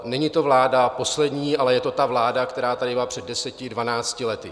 Není to vláda poslední, ale je to ta vláda, která tady byla před deseti, dvanácti lety.